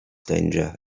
danger